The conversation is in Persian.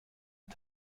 طول